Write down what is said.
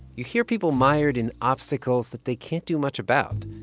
you hear people mired in obstacles that they can't do much about,